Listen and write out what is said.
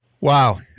Wow